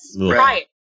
right